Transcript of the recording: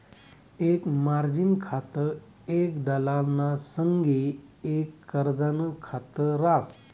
एक मार्जिन खातं एक दलालना संगे एक कर्जनं खात रास